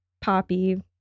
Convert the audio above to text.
Poppy